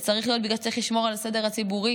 זה צריך להיות בגלל שצריך לשמור על הסדר הציבורי,